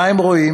מה הם רואים?